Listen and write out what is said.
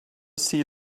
see